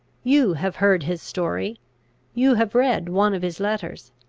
you have heard his story you have read one of his letters.